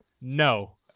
no